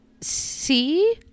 see